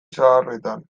zaharretan